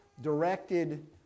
directed